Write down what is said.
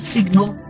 Signal